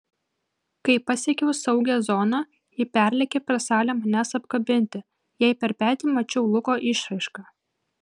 kai pasiekiau saugią zoną ji perlėkė per salę manęs apkabinti jai per petį mačiau luko išraišką